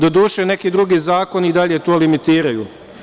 Doduše, neki drugi zakoni i dalje tu limitiraju.